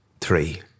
three